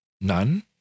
None